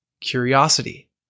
curiosity